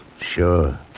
Sure